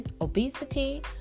obesity